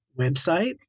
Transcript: website